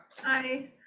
Hi